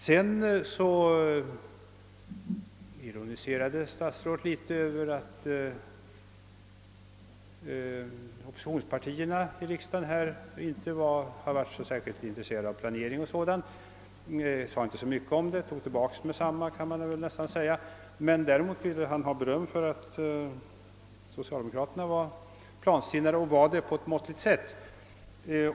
Statsrådet ironiserade vidare något över att oppositionspartierna i riksdagen inte skulle ha varit särskilt intresserade av planering o. d. Han sade inte så mycket om detta — man kan nästan säga att han omedelbart tog till baka sitt påstående. Däremot ville han ha beröm för att socialdemokraterna är plansinnade och dessutom är det på ett måttfullt sätt.